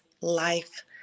life